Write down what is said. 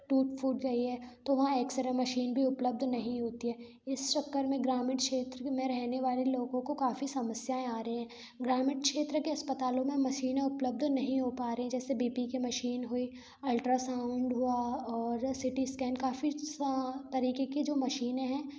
टूट फूट गई है तो वहाँ एक्स रे मशीन भी उपलब्ध नहीं होती है इस चक्कर में ग्रामीण क्षेत्र में रहने वाले लोगों को काफी समस्याएं आ रही हैं ग्रामीण क्षेत्र के अस्पतालों में मशीनें उपलब्ध नहीं हो पा रहीं जैसे बी पी की मशीन हुई अल्ट्रासाउंड हुआ और सी टी स्कैन काफी तरीके की जो मशीनें हैं